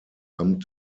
amt